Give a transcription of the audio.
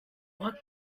what